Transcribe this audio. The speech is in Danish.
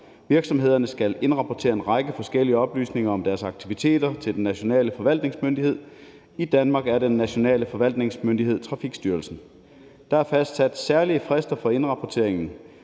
Virksomhederne skal indrapportere en række forskellige oplysninger om deres aktiviteter til den nationale forvaltningsmyndighed, og i Danmark er den nationale forvaltningsmyndighed Trafikstyrelsen. Der er fastsat særlige frister for indrapporteringen.